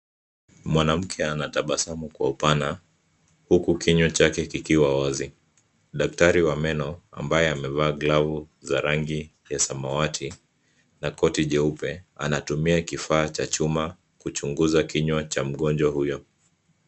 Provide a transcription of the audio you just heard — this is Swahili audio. Mwanamke anatabasamu kwa upana, huku kinywa chake kikiwa wazi. Daktari wa meno ambaye amevaa glavu za rangi ya samawati na koti jeupe, anatumia kifaa cha chuma kuchunguza kinywa cha mgonjwa huyo.